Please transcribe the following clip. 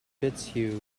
fitzhugh